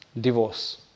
Divorce